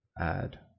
add